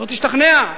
לא תשתכנע,